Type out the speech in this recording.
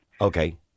Okay